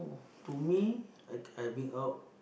to me I I bring out